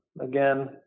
again